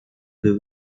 był